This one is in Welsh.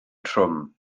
trwm